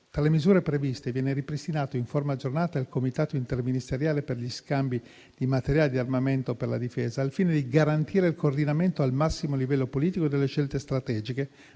Tra le misure previste viene ripristinato in forma aggiornata il Comitato interministeriale per gli scambi di materiale di armamento per la difesa, al fine di garantire il coordinamento al massimo livello politico delle scelte strategiche